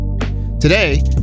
Today